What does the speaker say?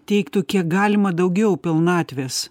teiktų kiek galima daugiau pilnatvės